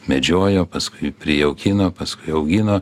medžiojo paskui prijaukino paskui augino